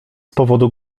powodu